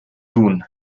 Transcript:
tun